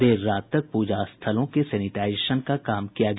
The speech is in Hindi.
देर रात तक प्रजा स्थलों के सेनेटाईजेशन का काम किया गया